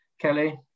Kelly